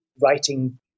writing